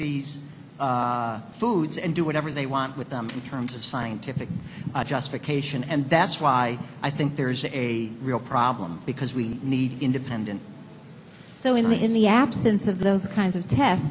these foods and do whatever they want with them in terms of scientific justification and that's why i think there is a real problem because we need independent so in the absence of those kinds of tests